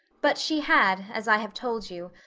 but she had, as i have told you,